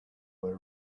were